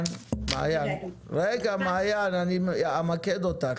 אני אמקד אותך.